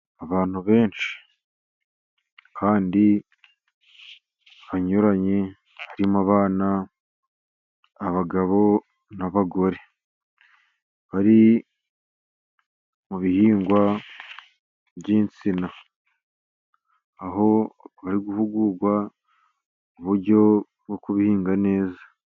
Abantu benshi kandi banyuranye harimo abana, abagabo n'abagore bari mu bihingwa by'insina, aho bari guhugurwa uburyo bwo kubihinga neza.